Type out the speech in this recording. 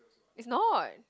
it's not